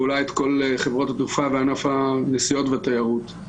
ואולי את כל חברות התעופה בענף הנסיעות והתיירות.